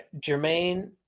Jermaine